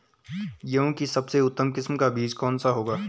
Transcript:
गेहूँ की सबसे उत्तम किस्म का बीज कौन सा होगा?